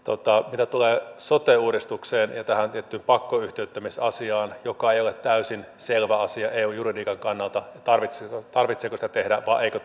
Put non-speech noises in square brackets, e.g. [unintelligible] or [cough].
mitä tulee sote uudistukseen ja tähän tiettyyn pakkoyhtiöittämisasiaan joka ei ole täysin selvä asia eu juridiikan kannalta tarvitseeko sitä tehdä vai eikö [unintelligible]